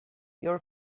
your